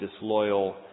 disloyal